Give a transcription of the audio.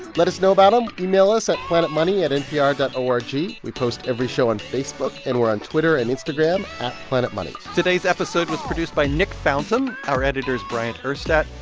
let us know about them. um email us at planetmoney at npr dot o r g. we post every show on facebook. and we're on twitter and instagram at planetmoney today's episode was produced by nick fountain. our editor is bryant urstadt.